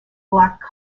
black